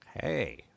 Hey